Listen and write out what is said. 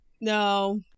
No